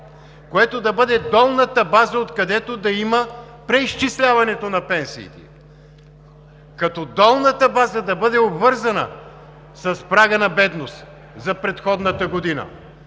което да бъде долната база, откъдето да има преизчисляване на пенсиите, като долната база бъде обвързана с прага на бедност за предходната година.